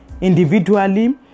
individually